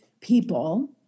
people